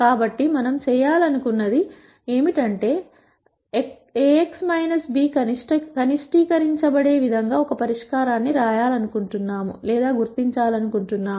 కాబట్టి మనం చేయాలనుకుంటున్నది ఏమిటంటే Ax b కనిష్టీకరించబడే విధంగా ఒక పరిష్కారాన్ని గుర్తించాలనుకుంటున్నాము